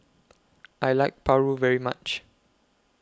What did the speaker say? I like Paru very much